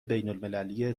بینالمللی